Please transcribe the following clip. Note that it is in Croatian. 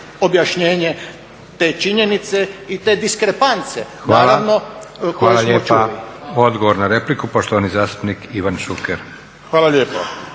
objašnjenje te činjenice i te diskrepance naravno koju smo čuli. **Leko, Josip (SDP)** Hvala lijepa. Odgovor na repliku, poštovani zastupnik Ivan Šuker. **Šuker,